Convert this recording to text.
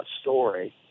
story